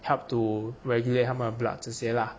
help to regulate 他们的 blood 这些啦